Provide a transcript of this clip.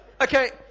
Okay